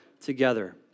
together